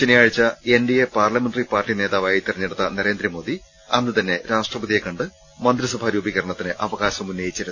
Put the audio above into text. ശനിയാഴ്ച N D A parliamentary party നേതാവായി തെരഞ്ഞെടുത്ത നരേന്ദ്രമോദി അന്നുതന്നെ രാഷ്ട്രപതിയെ കണ്ട് മന്ത്രിസഭാ രൂപീകരണത്തിന് അവകാശമുന്നയിച്ചിരുന്നു